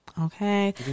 Okay